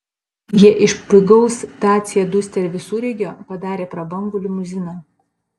jie iš pigaus dacia duster visureigio padarė prabangų limuziną